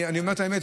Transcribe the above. ואני אומר את האמת,